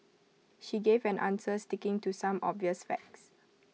she gave an answer sticking to some obvious facts